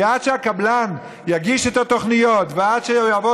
כי עד שהקבלן יגיש את התוכניות ועד שיעבור